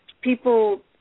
People